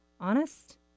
honest